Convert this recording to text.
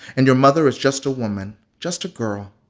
and your mother is just a woman, just a girl,